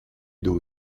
d’eau